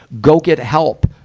go get help,